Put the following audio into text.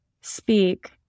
speak